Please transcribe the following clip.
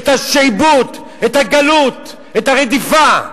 את השעבוד, את הגלות, את הרדיפה.